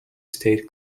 state